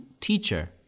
teacher